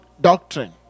doctrine